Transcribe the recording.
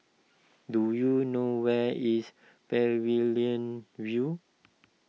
do you know where is Pavilion View